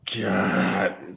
God